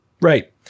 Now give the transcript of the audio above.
right